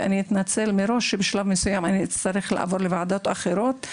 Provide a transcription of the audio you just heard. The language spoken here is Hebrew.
ואני מראש מתנצלת שבשלב מסוים אצטרך לעבור לוועדות אחרות,